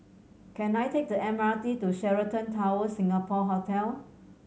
can I take the M R T to Sheraton Towers Singapore Hotel